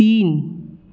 तीन